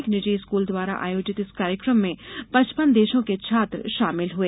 एक निजी स्कूल द्वारा आयोजित इस कार्यक्रम में पचपन देशों के छात्र शामिल हुए